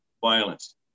violence